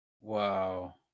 Wow